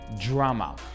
drama